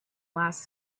last